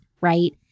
right